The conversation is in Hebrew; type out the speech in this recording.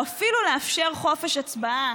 או אפילו לאפשר חופש הצבעה